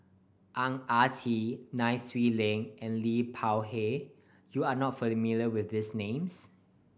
Ang Ah Tee Nai Swee Leng and Liu Peihe you are not familiar with these names